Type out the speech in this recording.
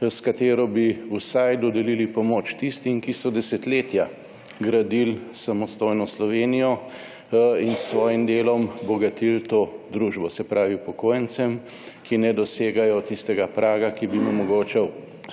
s katero bi vsaj dodelili pomoč tistim, ki so desetletja 71. TRAK (VI) 16.15 (nadaljevanje) gradili samostojno Slovenijo in s svojim delom bogatili to družbo. Se pravi, upokojencem, ki ne dosegajo tistega praga, ki bi jim omogočal